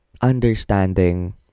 understanding